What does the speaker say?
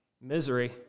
misery